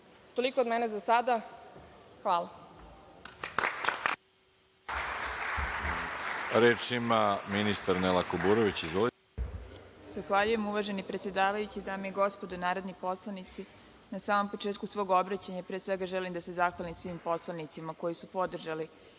Toliko od mene za sada. Hvala.